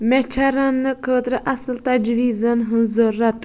مےٚ چھِ رننہٕ خٲطرٕ اصٕل تجویٖزن ہٕنٛز ضرورت